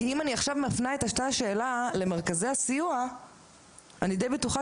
כי אם אני עכשיו מפנה את אותה השאלה למרכזי הסיוע אני די בטוחה